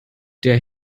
der